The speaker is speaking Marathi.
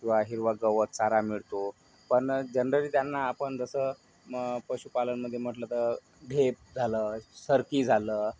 किंवा हिरवं गवत चारा मिळतो पण जनरली त्यांना आपण जसं मग पशुपालनमध्ये म्हटलं तर ढेप झालं सारखी झालं